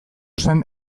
zen